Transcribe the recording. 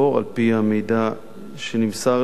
על-פי המידע שנמסר לי,